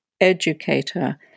educator